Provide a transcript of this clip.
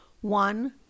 One